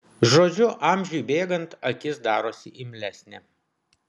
žodžiu amžiui bėgant akis darosi imlesnė